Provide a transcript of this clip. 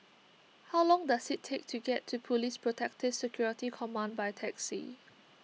how long does it take to get to Police Protective Security Command by taxi